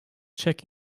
check